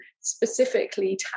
specifically